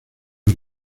nos